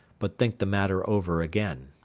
but think the matter over again.